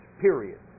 Period